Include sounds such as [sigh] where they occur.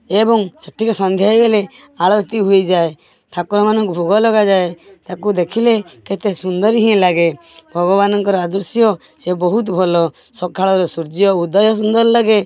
ଏବଂ ସେ [unintelligible] ସନ୍ଧ୍ୟା ହେଇଗଲେ ଆଳତି ହୋଇଯାଏ ଠାକୁରମାନଙ୍କୁ ଭୋଗ ଲଗାଯାଏ ତାକୁ ଦେଖିଲେ କେତେ ସୁନ୍ଦର ହିଁ ଲାଗେ ଭଗବାନଙ୍କର ଆଦୃଶ୍ୟ ସେ ବହୁତ ଭଲ ସଖାଳର ସୂର୍ଯ୍ୟ ଉଦୟ ସୁନ୍ଦର ଲାଗେ